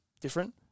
different